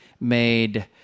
made